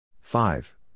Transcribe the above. Five